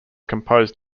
composed